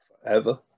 Forever